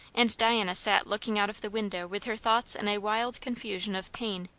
and diana sat looking out of the window with her thoughts in a wild confusion of pain.